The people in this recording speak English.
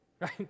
right